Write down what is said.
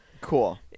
Cool